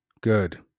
Good